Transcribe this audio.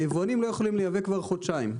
שהיבואנים לא יכולים לייבא כבר חודשיים.